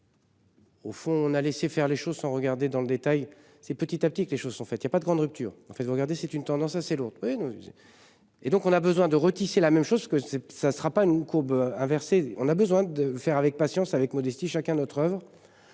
Au fond on a laissé faire les choses sans regarder dans le détail, c'est petit à petit, que les choses sont faites, il y a pas de grande rupture en fait vous regardez c'est une tendance assez lourde. Oui non. Et donc on a besoin de retisser la même chose que ça ne sera pas une courbe à verser. On a besoin de faire avec patience avec modestie chacun notre Oeuvres.